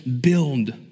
build